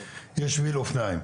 יש שביל אופניים.